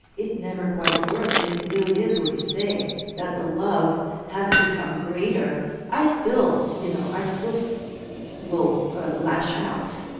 it never quite worked. and it really is what you say that the love had to become greater i still, you know, i still will lash out,